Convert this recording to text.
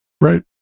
Right